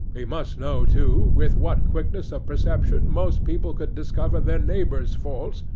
he must know, too, with what quickness of perception most people could discover their neighbour's faults,